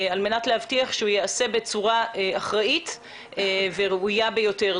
על מנת להבטיח שהוא ייעשה בצורה אחראית וראויה ביותר.